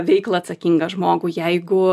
veiklą atsakingą žmogų jeigu